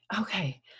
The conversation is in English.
okay